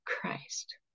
Christ